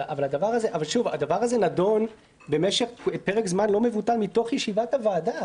הדבר הזה נדון במשך פרק זמן לא מבוטל מתוך ישיבת הוועדה.